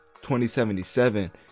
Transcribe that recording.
2077